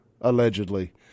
allegedly